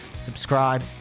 subscribe